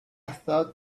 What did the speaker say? thought